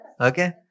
Okay